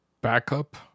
backup